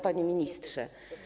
Panie Ministrze!